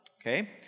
Okay